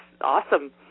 Awesome